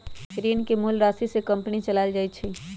ऋण के मूल राशि से कंपनी चलाएल जाई छई